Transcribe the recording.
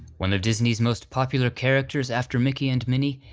one of disney's most popular characters after mickey and minnie,